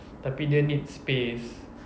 tapi dia need space